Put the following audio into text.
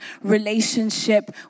relationship